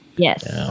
yes